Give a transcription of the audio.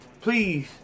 please